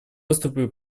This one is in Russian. выступил